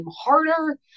harder